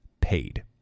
paid